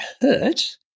hurt